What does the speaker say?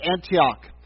Antioch